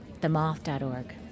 themoth.org